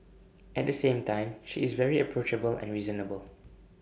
at the same time she is very approachable and reasonable